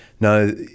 no